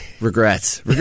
Regrets